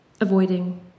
avoiding